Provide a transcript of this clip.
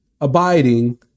abiding